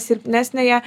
silpnesnę ją